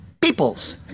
peoples